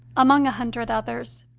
among a hundred others.